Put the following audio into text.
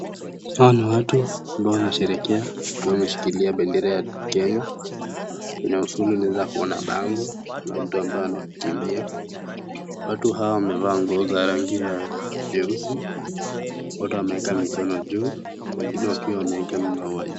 Hawa ni watu, ambao wanasherehekea, wakiwa wameshikilia bendera ya Kenya, kwenye usuli unaweza kuona bango, la mtu ambaye anakimbia, watu hawa wamevaa nguo za rangi ya jeusi, wote wameeka mikono juu, wengine wakiwa wameeka maua juu.